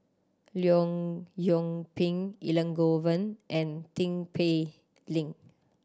Leong Yoon Pin Elangovan and Tin Pei Ling